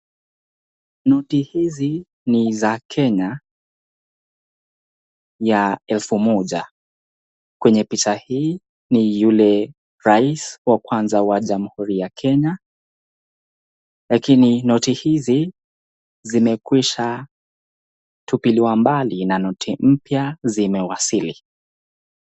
noti hizi ni za kenya ya elfu moja, kwenye picha hii ni yule rais wakwanza wa jamhuri ya Kenya lakini noti hizi zimekwisha tupilia mbali na noti mpya zimewasili.